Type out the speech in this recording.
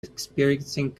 experiencing